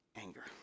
anger